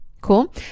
Cool